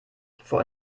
vor